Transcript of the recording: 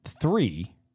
three